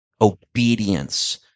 Obedience